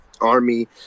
Army